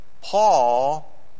Paul